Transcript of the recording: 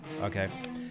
Okay